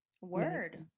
word